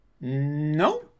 No